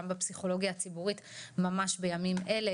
גם בפסיכולוגיה הציבורית ממש בימים אלה